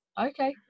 Okay